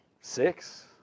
six